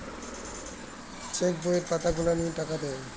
check বইয়ের পাতা গুলা লিয়ে টাকা দেয়